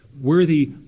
worthy